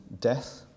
death